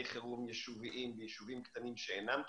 חירום יישוביים ביישובים קטנים שאינם קיבוצים,